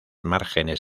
márgenes